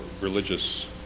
religious